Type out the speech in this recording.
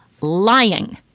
Lying